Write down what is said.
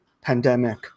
pandemic